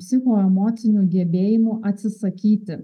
psichoemocinių gebėjimų atsisakyti